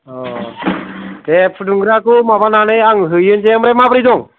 दे फुदुंग्राखौ माबानानै आङो हैहोनसै ओमफ्राय माब्रै दं